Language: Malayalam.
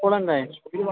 കുറേയുണ്ടേ